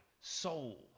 soul